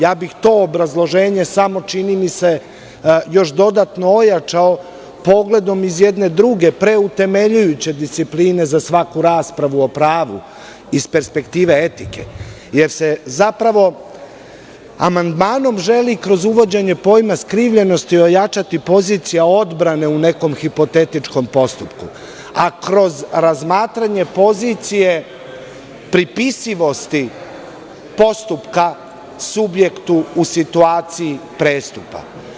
Ja bih to obrazloženje samo, čini mi se, još dodatno ojačao pogledom iz jedne druge, preutemeljujuće discipline za svaku raspravu o pravu, iz perspektive etike, jer se zapravo amandmanom želi, kroz uvođenje pojma skrivljenosti, ojačati pozicija odbrane u nekom hipotetičkom postupku, a kroz razmatranje pozicije pripisivosti postupka subjektu u situaciji prestupa.